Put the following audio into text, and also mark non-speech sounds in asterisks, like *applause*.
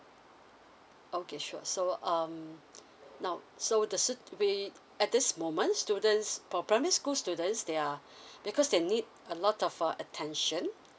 okay sure so um now so the suit we at this moment students for primary school students they are *breath* because they need a lot of uh attention